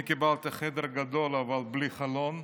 אני קיבלתי חדר גדול אבל בלי חלון,